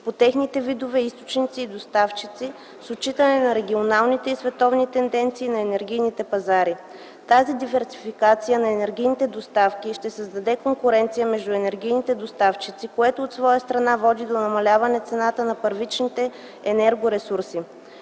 по техните видове, източници и доставчици с отчитане на регионалните и световни тенденции на енергийните пазари. Тази диверсификация на енергийните доставки ще създаде конкуренция между енергийните доставчици, което от своя страна води до намаляване цената на първичните енергоресурси.